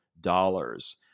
dollars